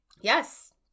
Yes